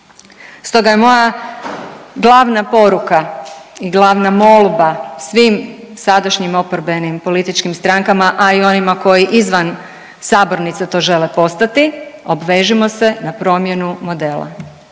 Stoga je moja glavna poruka i glavna molba svim sadašnjim oporbenim političkim strankama, a i onima koji izvan sabornice to žele postati obvežimo se na promjenu modela.